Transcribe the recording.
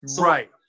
Right